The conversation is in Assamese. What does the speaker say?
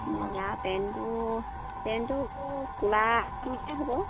বগা পেণ্টটো পেণ্টটো ক'লা মূৰীয়াই হ'ব